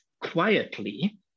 quietly